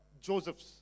Josephs